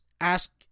ask